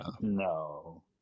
No